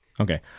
Okay